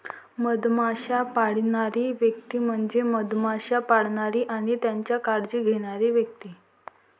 मधमाश्या पाळणारी व्यक्ती म्हणजे मधमाश्या पाळणारी आणि त्यांची काळजी घेणारी व्यक्ती